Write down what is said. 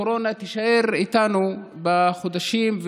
הקורונה תישאר איתנו בחודשים,